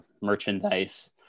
merchandise